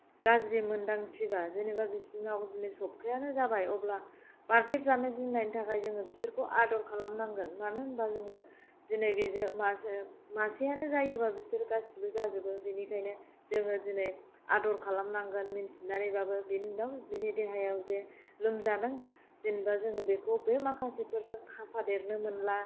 गाज्रि मोन्दांथि बा जेनेबा बिसोरनाव माने जब्खायानो जाबाय अब्ला बाराद्राय जानो गिनायनि थाखाय जोङो बिसोरखौ आदर खालामनांगोन मानो होनबा जोङो दिनै बेजों माज मानसियानो जायोबा बिसोर गासैबो जाजोबो बिनिखायनो जोङो दिनै आदर खालामनांगोन मिन्थिनानैबाबो बेनि उनाव बिनि देहायाव जे लोमजादों जेनबा जोङो बेखौ बे माखासेफोरजों खाफादेरनो मोनला